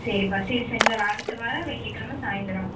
சரிப்பா சரி செஞ்சுர்லாம் அடுத்த வாரம் வெள்ளிக்கிழம சாய்ந்தரம்